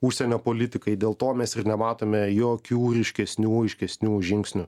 užsienio politikai dėl to mes nematome jokių ryškesnių aiškesnių žingsnių